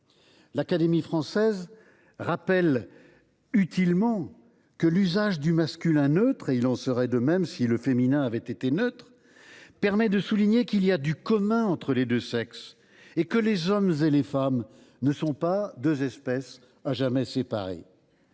L’Académie française rappelle utilement que l’usage du masculin neutre – et il en serait de même si le féminin avait été neutre – permet de souligner qu’il y a du commun entre les deux sexes et que les hommes et les femmes ne sont pas deux espèces à jamais séparées.